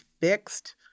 fixed